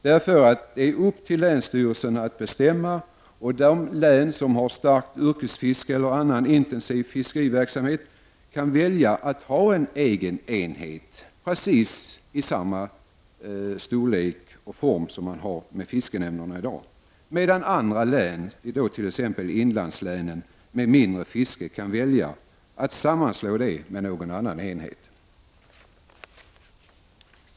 Det ankommer på länsstyrelserna att bestämma. De län som har ett starkt yrkesfiske eller annan intensiv fiskeriverksamhet kan välja att ha en egen enhet med precis samma storlek och form som man har med fiskenämnderna i dag, medan andra län, t.ex. inlandslänen, med mindre fiske kan välja att sammanslå nämnden med någon annan enhet.